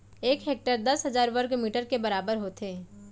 एक हेक्टर दस हजार वर्ग मीटर के बराबर होथे